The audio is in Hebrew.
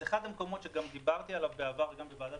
אחד המקומות שגם דיברתי עליו בוועדת